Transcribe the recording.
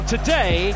Today